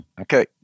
Okay